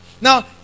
Now